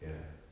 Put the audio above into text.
ya